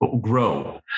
grow